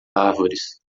árvores